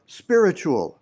spiritual